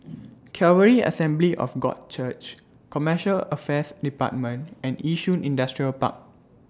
Calvary Assembly of God Church Commercial Affairs department and Yishun Industrial Park